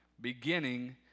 beginning